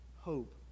hope